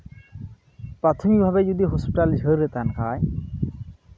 ᱯᱨᱟᱛᱷᱚᱢᱤᱠ ᱵᱷᱟᱵᱮ ᱡᱩᱫᱤ ᱦᱚᱥᱯᱤᱴᱟᱞ ᱡᱷᱟᱹᱞ ᱨᱮ ᱛᱟᱦᱮᱱ ᱠᱷᱟᱡ